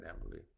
Emily